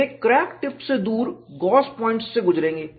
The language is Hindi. वे क्रैक टिप से दूर गॉस पॉइंट्स से गुज़रेंगे